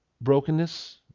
brokenness